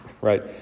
right